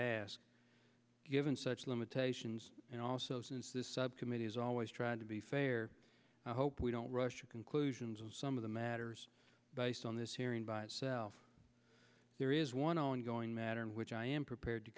ask given such limitations and also since this subcommittee has always tried to be fair i hope we don't rush to conclusions of some of the matters based on this hearing by itself there is one ongoing matter in which i am prepared to